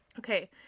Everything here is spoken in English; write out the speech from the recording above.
Okay